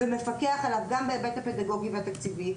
ומפקח עליו בהיבט הפדגוגי והתקציבי,